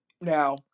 Now